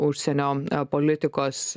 užsienio politikos